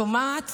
ושומעת